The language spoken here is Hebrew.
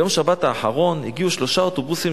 ביום שבת האחרון הגיעו שלושה אוטובוסים